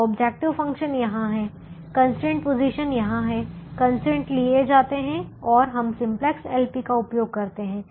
तो objective function यहाँ है कंस्ट्रेंट पोजीशन यहाँ हैं कंस्ट्रेंट लिए जाते हैं और हम सिंप्लेक्स एलपी का उपयोग करते हैं